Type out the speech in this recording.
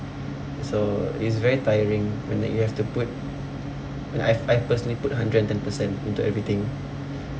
so it's very tiring when like you have to put and I've I personally put hundred and ten percent into everything